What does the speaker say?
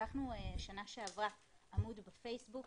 פתחנו עמוד בפייסבוק.